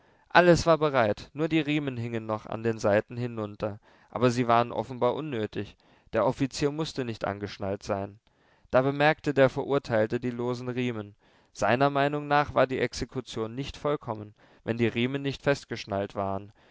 alles war bereit nur die riemen hingen noch an den seiten hinunter aber sie waren offenbar unnötig der offizier mußte nicht angeschnallt sein da bemerkte der verurteilte die losen riemen seiner meinung nach war die exekution nicht vollkommen wenn die riemen nicht festgeschnallt waren